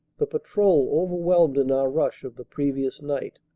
the patrol overwhelmed in our rush of the previous night.